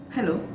Hello